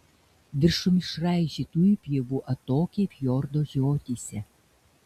viršum išraižytų įpjovų atokiai fjordo žiotyse